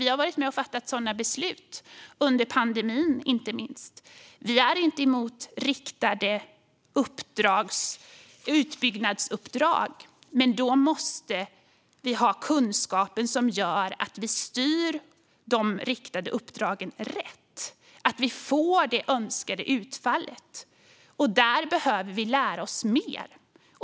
Vi har varit med och fattat sådana beslut, inte minst under pandemin. Vi är inte emot riktade utbyggnadsuppdrag, men då måste det finnas kunskap som gör att de riktade uppdragen styrs rätt så att det blir det önskade utfallet. Där behöver vi lära oss mer.